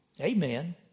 Amen